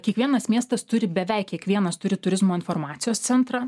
kiekvienas miestas turi beveik kiekvienas turi turizmo informacijos centrą